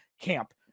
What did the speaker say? camp